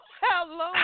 hello